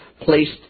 placed